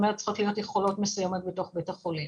צריכות להיות יכולות מסוימות בתוך בית החולים.